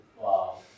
Wow